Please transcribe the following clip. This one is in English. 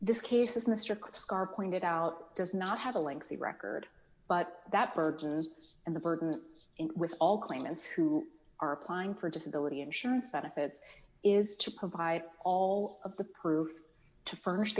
this case as mr cox are pointed out does not have a lengthy record but that burden and the burden in with all claimants who are applying for disability insurance benefits is to provide all of the proof to f